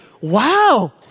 wow